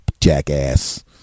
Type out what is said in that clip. jackass